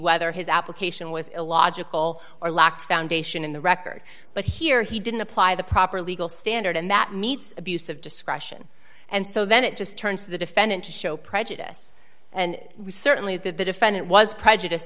whether his application was illogical or lacked foundation in the record but here he didn't apply the proper legal standard and that meets abuse of discretion and so then it just turns to the defendant to show prejudice and certainly that the defendant was prejudice